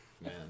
Man